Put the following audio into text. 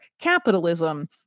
capitalism